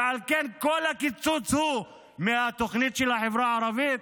ועל כן כל הקיצוץ הוא מהתוכנית של החברה הערבית?